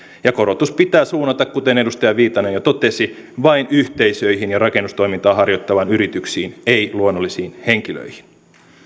korotus pitää suunnata kuten edustaja viitanen jo totesi vain yhteisöihin ja rakennustoimintaa harjoittaviin yrityksiin ei luonnollisiin henkilöihin